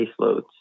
caseloads